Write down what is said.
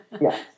yes